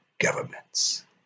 governments